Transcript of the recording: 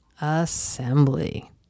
assembly